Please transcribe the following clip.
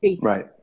Right